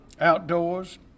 outdoors